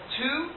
two